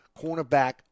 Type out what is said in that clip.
cornerback